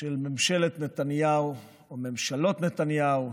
של ממשלת נתניהו, או ממשלות נתניהו,